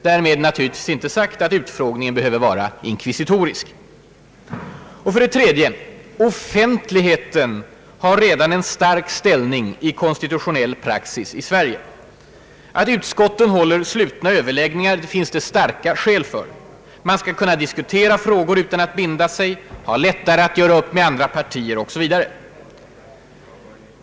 Därmed är naturligtvis inte sagt att den behöver vara inkvisitorisk.» För det tredje: offentligheten har redan en stark ställning i konstitutionell praxis i Sverige. Att utskotten håller slutna överläggningar finns det starka skäl för: man kan diskutera frågor utan att binda sig, har lättare att göra upp med andra partier osv.